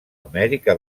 amèrica